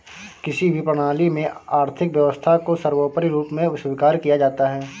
किसी भी प्रणाली में आर्थिक व्यवस्था को सर्वोपरी रूप में स्वीकार किया जाता है